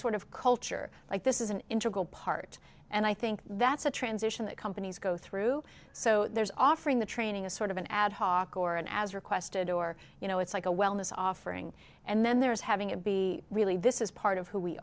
sort of culture like this is an integral part and i think that's a transition that companies go through so there's offering the training a sort of an ad hoc or an as requested or you know it's like a wellness offering and then there's having it be really this is part of who we